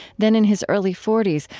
then, in his early forty s,